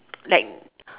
like